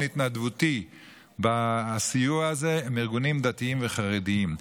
התנדבותי בסיוע הזה הם ארגונים דתיים וחרדיים.